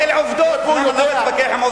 אלה עובדות, אנחנו לא נתווכח עם עובדות.